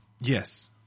Yes